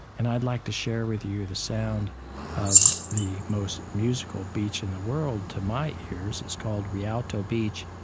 and i'd like to share with you the sound of the most musical beach in the world, to my ears. it's called rialto beach